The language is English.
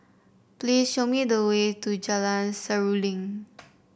please show me the way to Jalan Seruling